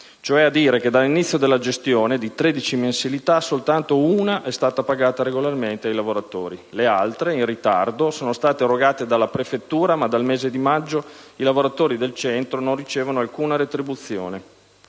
successivi. Dall'inizio della gestione, quindi, di 13 mensilità soltanto una è stata pagata regolarmente ai lavoratori; le altre, in ritardo, sono state erogate dalla prefettura, ma dal mese di maggio i lavoratori del centro non ricevono alcuna retribuzione.